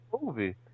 Movie